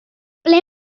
ble